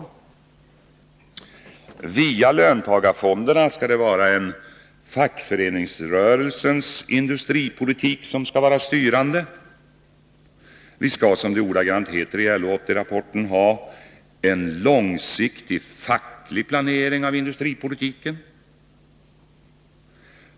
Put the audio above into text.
Via löntagarfonderna skall det vara en fackföreningsrörelsens industripolitik som skall vara styrande — vi skall, som det ordagrant heter i LO 80-rapporten, ha ”en långsiktig facklig planering av industripolitiken”.